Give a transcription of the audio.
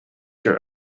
your